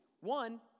one